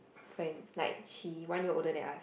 friend like she one year older than us